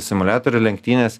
simuliatorių lenktynės